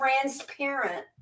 transparent